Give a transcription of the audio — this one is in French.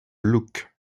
look